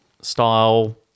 style